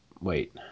Wait